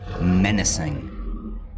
menacing